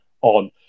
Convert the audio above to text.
on